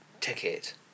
ticket